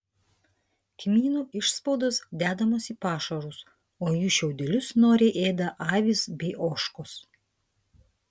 kmynų išspaudos dedamos į pašarus o jų šiaudelius noriai ėda avys bei ožkos